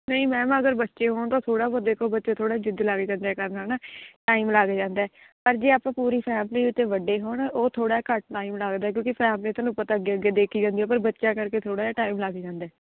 ਨਹੀਂ ਮੈਮ ਅਗਰ ਬੱਚੇ ਹੋਣ ਤਾਂ ਥੋੜ੍ਹਾ ਕੁ ਦੇਖੋ ਬੱਚੇ ਥੋੜ੍ਹਾ ਜਿੱਦ ਲੱਗ ਜਾਂਦੇ ਆ ਕਰਨ ਹੈ ਨਾ ਟਾਈਮ ਲੱਗ ਜਾਂਦਾ ਹੈ ਪਰ ਜੇ ਆਪਾਂ ਪੂਰੀ ਫੈਮਲੀ ਉੱਤੇ ਵੱਡੇ ਹੋਣ ਉਹ ਥੋੜ੍ਹਾ ਘੱਟ ਟਾਈਮ ਲੱਗਦਾ ਐ ਕਿਉਂਕੀ ਫੈਮਲੀ ਤੁਹਾਨੂੰ ਪਤਾ ਅੱਗੇ ਅੱਗੇ ਦੇਖੀ ਜਾਂਦੀ ਆ ਪਰ ਬੱਚਿਆਂ ਕਰਕੇ ਥੋੜ੍ਹਾ ਜਿਹਾ ਟਾਈਮ ਲੱਗ ਜਾਂਦਾ ਹੈ